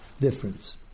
difference